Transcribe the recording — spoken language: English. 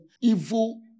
evil